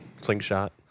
slingshot